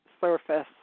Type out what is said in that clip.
surface